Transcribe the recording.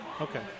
Okay